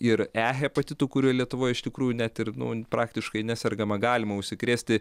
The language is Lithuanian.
ir e hepatitu kuriuo lietuvoj iš tikrųjų net ir nu praktiškai nesergama galima užsikrėsti